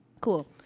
cool